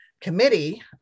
Committee